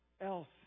else